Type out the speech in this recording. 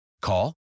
Call